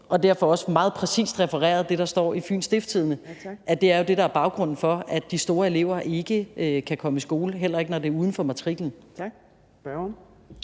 også meget præcist; altså at det jo er det, der er baggrunden for, at de store elever ikke kan komme i skole, heller ikke når det er uden for matriklen. Kl.